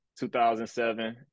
2007